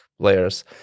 players